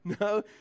No